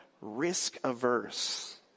Risk-averse